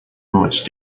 which